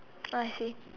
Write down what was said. I see